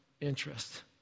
interest